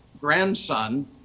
grandson